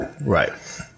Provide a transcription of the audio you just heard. right